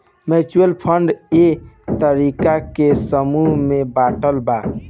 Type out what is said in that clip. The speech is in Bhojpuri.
म्यूच्यूअल फंड कए तरीका के समूह में बाटल बा